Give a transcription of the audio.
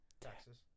Texas